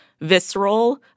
visceral